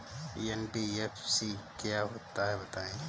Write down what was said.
NBFC क्या होता है बताएँ?